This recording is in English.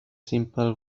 simple